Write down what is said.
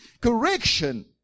Correction